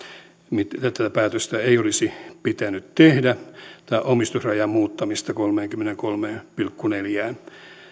tätä päätöstä ei olisi pitänyt tehdä tätä omistusrajan muuttamista kolmeenkymmeneenkolmeen pilkku neljään